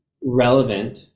relevant